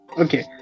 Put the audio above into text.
okay